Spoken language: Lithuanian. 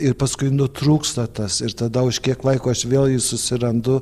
ir paskui nutrūksta tas ir tada už kiek laiko aš vėl jį susirandu